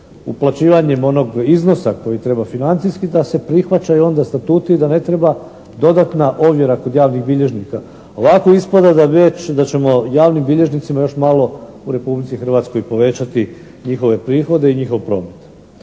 uplaćivanjem onog iznosa koji treba financijski da se prihvaća i onda statut i da ne treba dodatna ovjera kod javnih bilježnika. Ovako ispada da ćemo javnim bilježnicima još malo u Republici Hrvatskoj povećati njihove prihode i njihov promet.